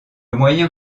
moyen